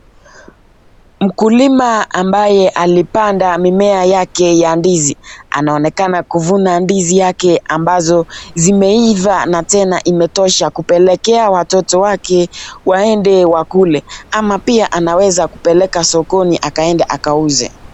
Mkulima ambaye alipanda mimea yake ya ndizi, anaonekana kuvuna ndizi yake ambazo zimeiva na tena imetosha kupelekea watoto wake waende wakule ama pia anaweza kupeleka sokoni akaende akauze.